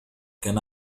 كان